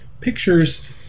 pictures